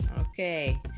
okay